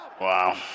Wow